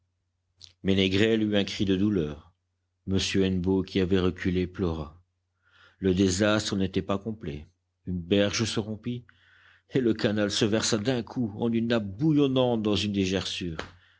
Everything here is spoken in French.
mais négrel eut un cri de douleur m hennebeau qui avait reculé pleura le désastre n'était pas complet une berge se rompit et le canal se versa d'un coup en une nappe bouillonnante dans une